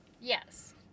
Yes